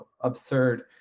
absurd